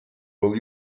will